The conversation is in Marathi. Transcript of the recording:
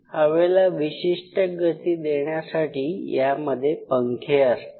हवेला विशिष्ट गती देण्यासाठी यामध्ये पंखे असतात